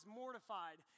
mortified